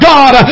God